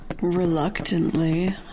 Reluctantly